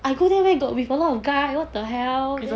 I go there where got with a lot of guy what the hell